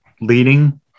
leading